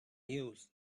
use